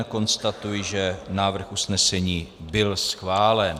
Konstatuji, že návrh usnesení byl schválen.